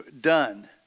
Done